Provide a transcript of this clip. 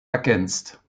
ergänzt